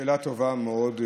שאלה טובה מאוד,